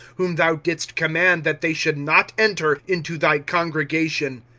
whom thou didst command that they should not enter into thy congregation.